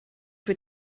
für